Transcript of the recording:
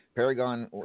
Paragon